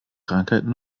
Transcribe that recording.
krankheiten